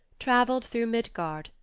traveled through midgard,